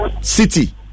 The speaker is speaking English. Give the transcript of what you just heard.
City